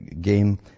game